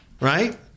right